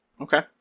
Okay